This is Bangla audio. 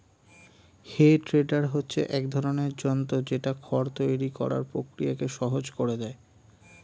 হে ট্রেডার হচ্ছে এক ধরণের যন্ত্র যেটা খড় তৈরী করার প্রক্রিয়াকে সহজ করে দেয়